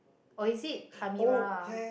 or is it Amirah